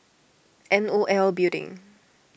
N O L Building